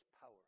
power